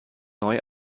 neu